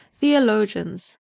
theologians